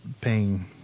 paying